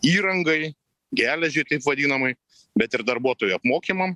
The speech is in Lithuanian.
įrangai geležiai taip vadinamai bet ir darbuotojo apmokymam